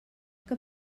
que